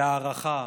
בהערכה,